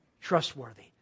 trustworthy